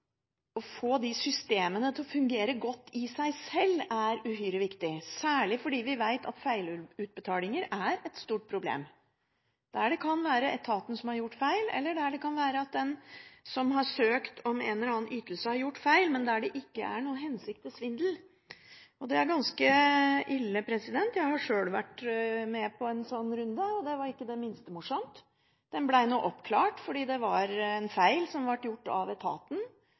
å få disse systemene til å fungere godt i seg sjøl er uhyre viktig, særlig fordi vi vet at feilutbetalinger er et stort problem. Det kan være etaten som har gjort feil, eller det kan være at den som har søkt om en eller annen ytelse, har gjort feil, men ikke i den hensikt å svindle. Og det er ganske ille. Jeg har sjøl vært med på en sånn runde, og det var ikke det minste morsomt. Det ble oppklart. Det var en feil som ble gjort av etaten.